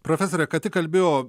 profesore ką tik kalbėjo